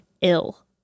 ill